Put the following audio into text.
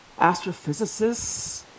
astrophysicists